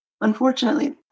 Unfortunately